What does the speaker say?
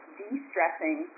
de-stressing